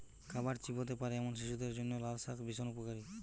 খাবার চিবোতে পারে এমন শিশুদের জন্য লালশাক ভীষণ উপকারী